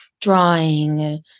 drawing